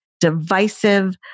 divisive